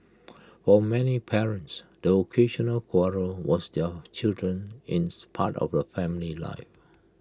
for many parents the occasional quarrel was their children ins part of the family life